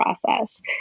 process